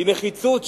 הוא נחוץ,